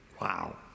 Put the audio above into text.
Wow